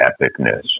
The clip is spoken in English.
epicness